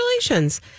Congratulations